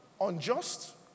unjust